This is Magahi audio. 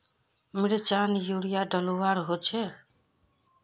मिर्चान यूरिया डलुआ होचे?